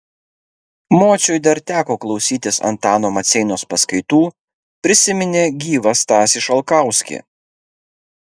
mociui dar teko klausytis antano maceinos paskaitų prisiminė gyvą stasį šalkauskį